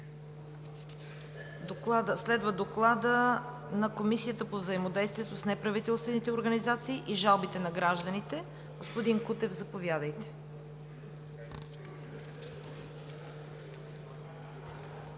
Следва Доклад на Комисията по взаимодействието с неправителствените организации и жалбите на гражданите. Господин Кутев, заповядайте.